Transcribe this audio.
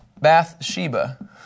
Bathsheba